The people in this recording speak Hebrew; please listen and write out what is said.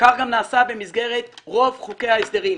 כך גם נעשה במסגרת רוב חוקי ההסדרים,